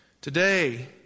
Today